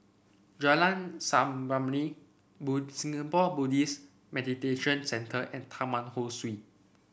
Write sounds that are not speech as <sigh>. Jalan Samarinda <unintelligible> Singapore Buddhist Meditation Centre and Taman Ho Swee